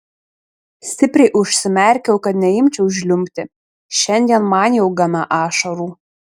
stipriai užsimerkiau kad neimčiau žliumbti šiandien man jau gana ašarų